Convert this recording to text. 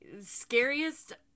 scariest